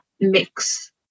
mix